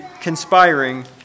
conspiring